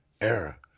era